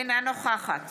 אינה נוכחת